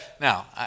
Now